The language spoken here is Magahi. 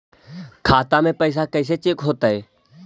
खाता में पैसा कैसे चेक हो तै?